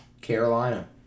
Carolina